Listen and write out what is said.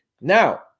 Now